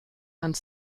hand